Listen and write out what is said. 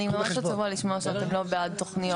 אני מאוד עצובה לשמוע שאתם לא בעד תוכניות.